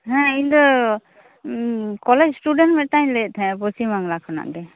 ᱦᱮᱸ ᱤᱧᱫᱚ ᱩᱸ ᱠᱚᱞᱮᱡᱽ ᱥᱴᱩᱰᱮᱱᱴ ᱢᱮᱫᱴᱟᱝ ᱤᱧ ᱞᱟᱹᱭᱮᱫ ᱛᱟᱦᱮᱸᱱᱟᱜ ᱯᱚᱥᱪᱷᱤᱢ ᱵᱟᱝᱞᱟ ᱠᱷᱚᱱᱟᱜ ᱜᱮ